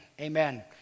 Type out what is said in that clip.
Amen